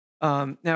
Now